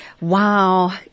Wow